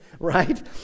right